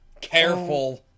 Careful